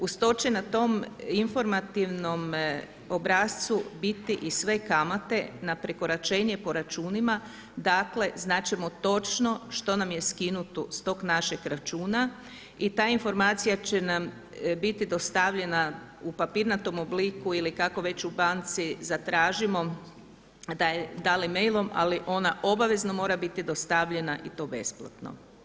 Uz to će na tom informativnom obrascu biti i sve kamate na prekoračenje po računima, dakle znat ćemo točno što nam je skinuto s tog našeg računa i ta informacija će nam biti dostavljena u papirnatom obliku ili kako već u banci zatražimo da li mailom, ali ona obavezno mora biti dostavljena i to besplatno.